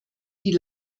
die